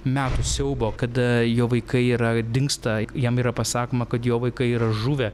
metų siaubo kada jo vaikai yra ir dingsta jam yra pasakoma kad jo vaikai yra žuvę